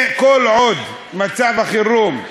כל עוד מצב החירום,